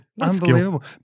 Unbelievable